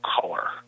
color